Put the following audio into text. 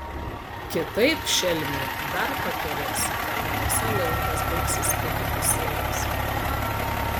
kitaip šelmiai dar pakerės kad namuose laikas baigsis tik įpusėjęs